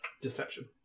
deception